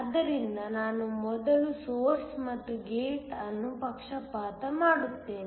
ಆದ್ದರಿಂದ ನಾನು ಮೊದಲು ಸೊರ್ಸ್ ಮತ್ತು ಗೇಟ್ ಅನ್ನು ಪಕ್ಷಪಾತ ಮಾಡುತ್ತೇನೆ